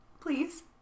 Please